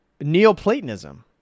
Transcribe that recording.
Neoplatonism